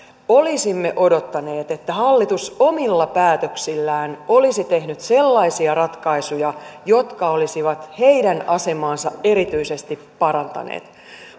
olisimme odottaneet että hallitus omilla päätöksillään olisi tehnyt sellaisia ratkaisuja jotka olisivat heidän asemaansa erityisesti parantaneet